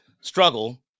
struggle